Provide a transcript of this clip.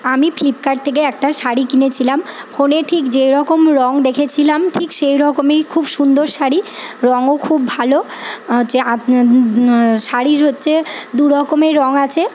আমি ফিল্পকার্ট থেকে একটা শাড়ি কিনেছিলাম ফোনে ঠিক যেরকম রঙ দেখেছিলাম ঠিক সেরকমই খুব সুন্দর শাড়ি রঙও খুব ভালো শাড়ির হচ্ছে দুরকমের রঙ আছে